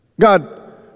God